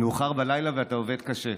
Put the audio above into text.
מאוחר בלילה ואתה עובד קשה.